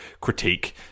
critique